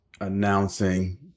announcing